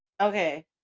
okay